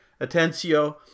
Atencio